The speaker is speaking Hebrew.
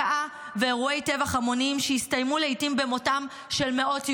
הכאה ואירועי טבח המוניים שהסתיימו לעיתים במותם של מאות יהודים.